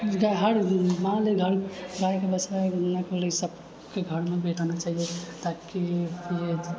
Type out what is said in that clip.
हर मानले हर गायके बछड़ा जेना कहलिऐ सबकेँ घरमे बैठाना चाहिए ताकि ये